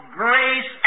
grace